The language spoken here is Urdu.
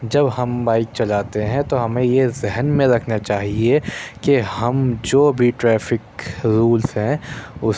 جب ہم بائیک چلاتے ہیں تو ہمیں یہ ذہن میں رکھنا چاہئے کہ ہم جو بھی ٹریفک رولز ہیں اس